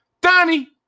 Donnie